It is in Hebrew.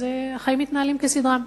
אז החיים מתנהלים כסדרם.